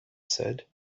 said